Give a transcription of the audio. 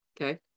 okay